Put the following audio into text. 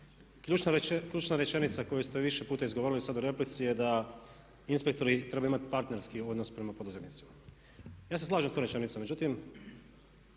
Ključna rečenica koju ste više puta izgovorili sad u replici je da inspektori trebaju imati partnerski odnos prema poduzetnicima. Ja se slažem sa tom rečenicom. Međutim,